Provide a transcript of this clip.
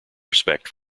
respect